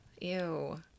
ew